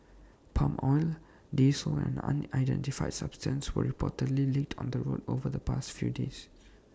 palm oil diesel and an unidentified substance were reportedly leaked on the roads over the past few days